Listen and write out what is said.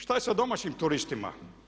Šta je sa domaćim turistima?